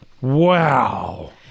Wow